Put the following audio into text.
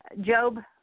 Job